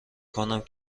کنم